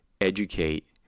educate